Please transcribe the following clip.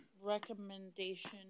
Recommendation